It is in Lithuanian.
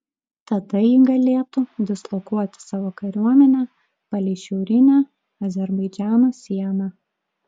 tada ji galėtų dislokuoti savo kariuomenę palei šiaurinę azerbaidžano sieną